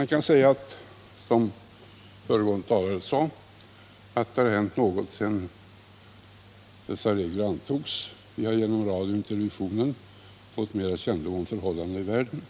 just att åstadkomma en sådan precisering. Man kan säga, som föregående talare, att det har hänt något sedan dessa regler antogs. Vi har genom radio och TV fått mer kännedom om förhållandena i världen.